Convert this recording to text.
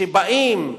שבאים,